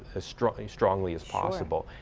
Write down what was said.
ah strongly strongly as possible.